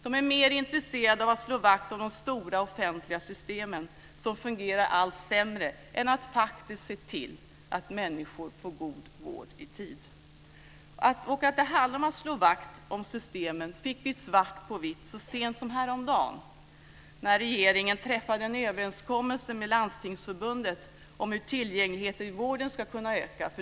De är mer intresserade av att slå vakt om de stora offentliga systemen som fungerar allt sämre än att faktiskt se till att människor får god vård i tid. Att det handlar om att slå vakt om systemen fick vi svart på vitt så sent som häromdagen när regeringen träffade en överenskommelse med Landstingsförbundet om hur tillgängligheten i vården ska kunna öka.